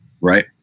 Right